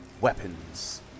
weapons